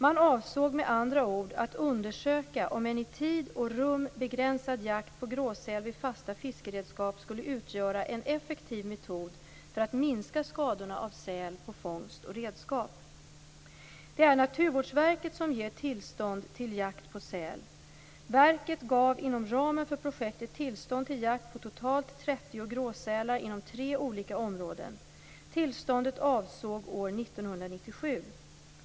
Man avsåg med andra ord att undersöka om en i tid och rum begränsad jakt på gråsäl vid fasta fiskeredskap skulle utgöra en effektiv metod för att minska skadorna av säl på fångst och redskap. Det är Naturvårdsverket som ger tillstånd till jakt på säl. Verket gav inom ramen för projektet tillstånd till jakt på totalt 30 gråsälar inom tre olika områden. Tillståndet avsåg år 1997.